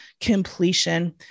completion